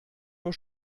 nur